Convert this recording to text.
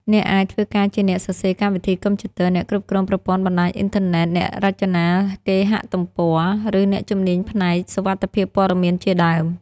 អ្នកអាចធ្វើការជាអ្នកសរសេរកម្មវិធីកុំព្យូទ័រ អ្នកគ្រប់គ្រងប្រព័ន្ធបណ្តាញអ៊ីនធឺណិត អ្នករចនាគេហទំព័រ ឬអ្នកជំនាញផ្នែកសុវត្ថិភាពព័ត៌មានជាដើម។